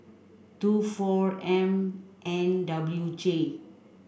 two four M N W J